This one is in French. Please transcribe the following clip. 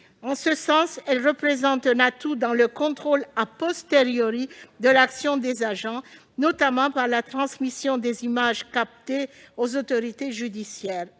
En ce sens, elles représentent un atout dans le contrôle de l'action des agents, notamment par la transmission des images captées aux autorités judiciaires,